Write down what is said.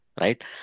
right